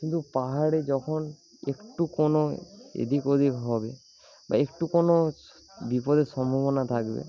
কিন্তু পাহাড়ে যখন একটু কোন এদিক ওদিক হবে বা একটু কোন বিপদের সম্ভাবনা থাকবে